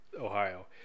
Ohio